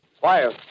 Fire